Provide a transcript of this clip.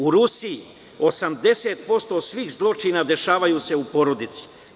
U Rusiji 80% svih zločina dešavaju se u porodici.